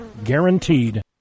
Guaranteed